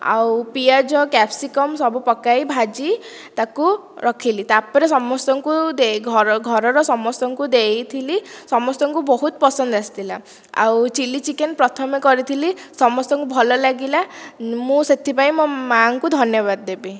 ଆଉ ପିଆଜ କ୍ୟାପ୍ସିକମ୍ ସବୁ ପକାଇ ଭାଜି ତାକୁ ରଖିଲି ତାପରେ ସମସ୍ତଙ୍କୁ ଦେଇ ଘର ଘରର ସମସ୍ତଙ୍କୁ ଦେଇଥିଲି ସମସ୍ତଙ୍କୁ ବହୁତ ପସନ୍ଦ ଆସିଥିଲା ଆଉ ଚିଲ୍ଲି ଚିକେନ୍ ପ୍ରଥମେ କରିଥିଲି ସମସ୍ତଙ୍କୁ ଭଲ ଲାଗିଲା ମୁଁ ସେଥିପାଇଁ ମୋ ମାଙ୍କୁ ଧନ୍ୟବାଦ ଦେବି